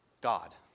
God